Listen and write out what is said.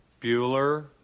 Bueller